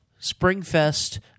Springfest